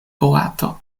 boato